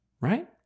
Right